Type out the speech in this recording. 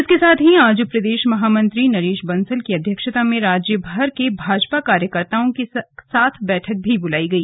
इसके साथ ही आज प्रदेश महामंत्री नरेश बंसल की अध्यक्षता में राज्यभर के भाजपा कार्यकर्ताओं की साथ बैठक भी बुलाई गई